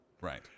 Right